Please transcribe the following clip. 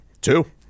Two